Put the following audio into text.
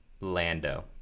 Lando